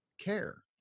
care